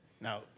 Now